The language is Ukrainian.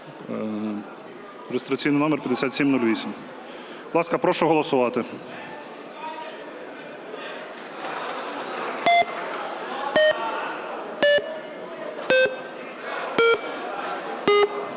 (реєстраційний номер 5708). Будь ласка, прошу голосувати.